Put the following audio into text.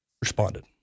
responded